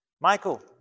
Michael